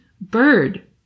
Bird